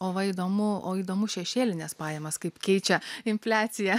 o va įdomu o įdomu šešėlines pajamas kaip keičia infliacija